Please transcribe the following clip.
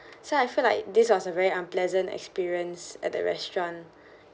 so I feel like this was a very unpleasant experience at the restaurant